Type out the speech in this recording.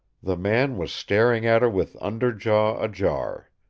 the man was staring at her with under jaw ajar.